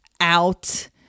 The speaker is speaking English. out